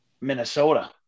Minnesota